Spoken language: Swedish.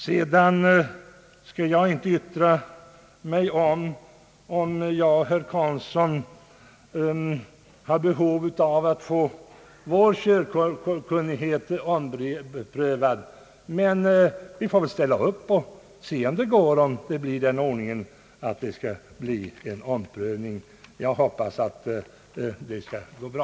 Jag skall inte yttra mig i frågan huruvida herr Karlsson och jag har behov av att få vår körkunnighet omprövad. Om det blir den ordningen att det skall ske en omprövning, så får vi väl ställa upp och se hur det går. Jag hoppas att det skall gå bra.